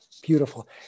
beautiful